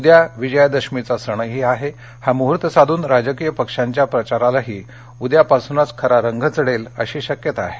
उद्या विजयादशमीचा सणही आहे हा मुहूर्त साधून राजकीय पक्षांच्या प्रचारालाही उद्यापासूनच खरा रंग चढेल अशी अपेक्षा आहे